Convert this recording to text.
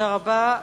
תודה רבה.